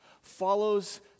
follows